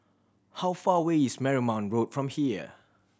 how far away is Marymount Road from here